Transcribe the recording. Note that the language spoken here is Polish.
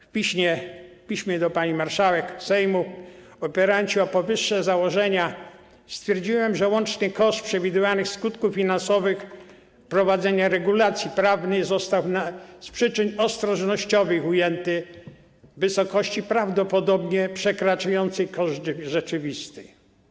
W piśmie do pani marszałek Sejmu, opierając się na powyższych założeniach, stwierdziłem, że łączny koszt przewidywanych skutków finansowych wprowadzenia tych regulacji prawnych został z przyczyn ostrożnościowych ujęty w wysokości prawdopodobnie przekraczającej koszt rzeczywisty.